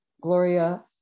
Gloria